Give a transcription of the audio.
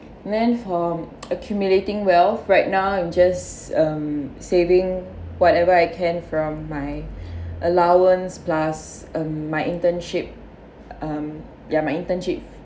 then for accumulating wealth right now I'm just um saving whatever I can from my allowance plus um my internship um ya my internship